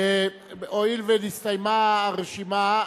הואיל ונסתיימה הרשימה,